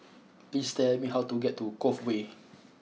please tell me how to get to Cove Way